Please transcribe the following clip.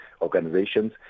organizations